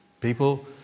People